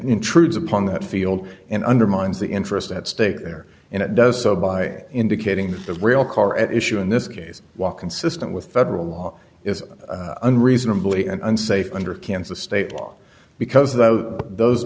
intrudes upon that field and undermines the interest at stake there and it does so by indicating that the real car at issue in this case walk consistent with federal law is unreasonably unsafe under kansas state law because tho